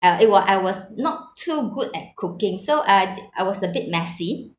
uh it was I was not too good at cooking so uh I was a bit messy